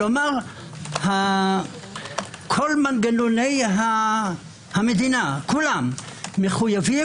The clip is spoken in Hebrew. כלומר כל מנגנוני המדינה כולם מחויבים